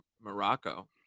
morocco